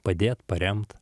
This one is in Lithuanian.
padėt paremt